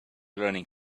learning